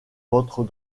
votre